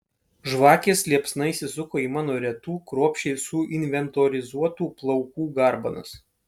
žvakės liepsna įsisuko į mano retų kruopščiai suinventorizuotų plaukų garbanas